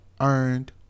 earned